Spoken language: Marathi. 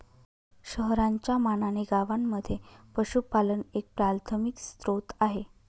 शहरांच्या मानाने गावांमध्ये पशुपालन एक प्राथमिक स्त्रोत आहे